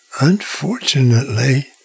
unfortunately